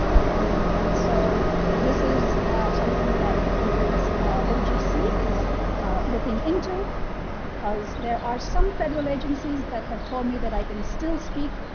and and so this is something that harvard's otc is looking into because there are some federal agencies that have told me that i can still speak.